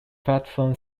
platform